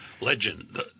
Legend